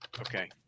Okay